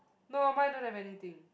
no mine don't have anything